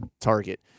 target